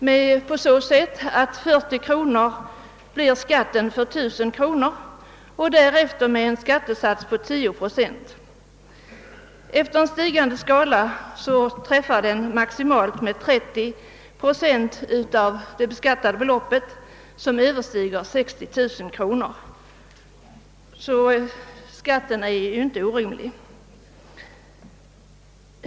På de första 1000 kronorna uttas 40 kronor i skatt och därefter beräknas skatten enligt en stigande skala från 10 procent till maximalt 30 procent; sistnämnda procentsats debiteras å vad som överstiger 60 000 kronor. Skatten är alltså inte orimlig.